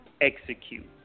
execute